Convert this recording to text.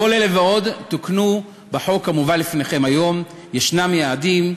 כל אלה ועוד תוקנו בחוק המובא לפניכם היום: יש יעדים,